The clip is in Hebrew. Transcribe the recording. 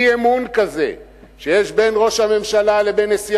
אי-אמון כזה שיש בין ראש הממשלה לבין נשיא